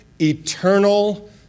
Eternal